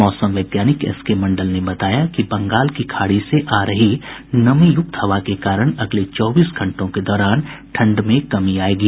मौसम वैज्ञानिक एसके मंडल ने बताया कि बंगाल की खाड़ी से आ रही नमीयुक्त हवा के कारण अगले चौबीस घंटों के दौरान ठंड में कमी आयेगी